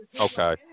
Okay